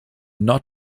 not